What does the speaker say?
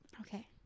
Okay